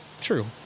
True